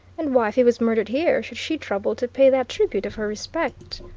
and why, if he was murdered here, should she trouble to pay that tribute of her respect?